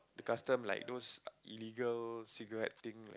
customs like those illegal cigarette thing like